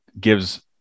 gives